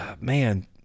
man